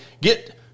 get